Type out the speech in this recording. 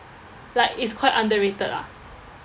like it's quite underrated lah